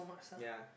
ya